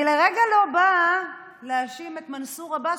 אני לרגע לא באה להאשים את מנסור עבאס,